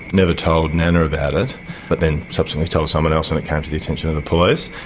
never told nana about it but then subsequently told someone else and it came to the attention of the police.